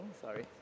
Sorry